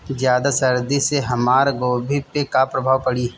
ज्यादा सर्दी से हमार गोभी पे का प्रभाव पड़ी?